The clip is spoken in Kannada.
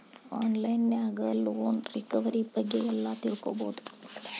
ಆನ್ ಲೈನ್ ನ್ಯಾಗ ಲೊನ್ ರಿಕವರಿ ಬಗ್ಗೆ ಎಲ್ಲಾ ತಿಳ್ಕೊಬೊದು